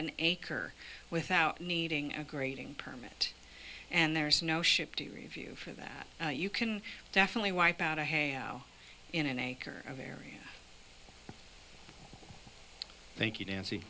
an acre without needing a grating permit and there's no ship to review for that you can definitely wipe out a hand in an acre of area thank you nancy